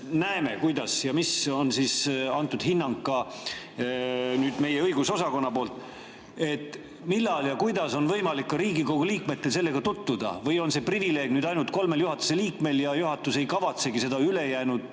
näeme, milline hinnang on antud meie õigusosakonna poolt. Millal ja kuidas on võimalik ka Riigikogu liikmetel sellega tutvuda? Või on see privileeg nüüd ainult kolmel juhatuse liikmel ja juhatus ei kavatsegi seda ülejäänud